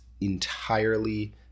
entirely